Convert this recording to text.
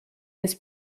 his